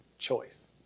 choice